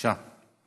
בבקשה.